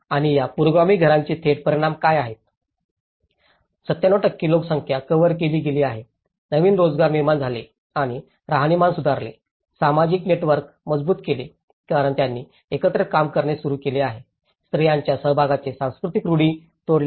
आणि या पुरोगामी घरांचे थेट परिणाम काय आहेत 97 लोकसंख्या कव्हर केली गेली आहे नवीन रोजगार निर्माण झाले आणि राहणीमान सुधारले सामाजिक नेटवर्क मजबूत केले कारण त्यांनी एकत्र काम करणे सुरू केले आहे स्त्रियांच्या सहभागाचे सांस्कृतिक रूढी तोडल्या आहेत